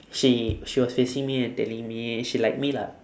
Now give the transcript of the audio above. she she was facing me and telling me she like me lah